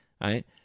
right